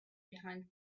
behind